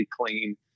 clean